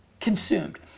consumed